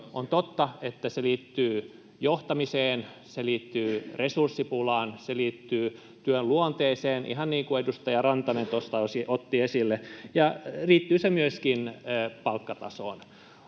On totta, että se liittyy johtamiseen, se liittyy resurssipulaan, se liittyy työn luonteeseen, ihan niin kuin edustaja Rantanen tuossa otti esille, ja liittyy se myöskin palkkatasoon.